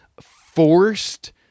forced